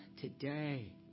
today